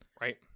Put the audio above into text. right